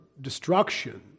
destruction